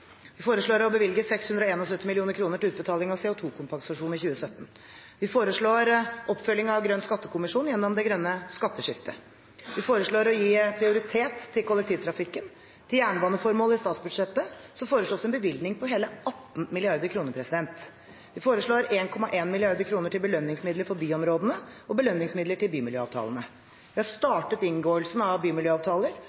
Vi foreslår å bevilge 671 mill. kr til utbetaling av CO 2 -kompensasjon i 2017. Vi foreslår oppfølging av Grønn skattekommisjon gjennom det grønne skatteskiftet. Vi foreslår å gi prioritet til kollektivtrafikken. Til jernbaneformål i statsbudsjettet foreslås en bevilgning på hele 18 mrd. kr. Vi foreslår 1,1 mrd. kr til belønningsmidler for byområdene og belønningsmidler til bymiljøavtalene. Vi har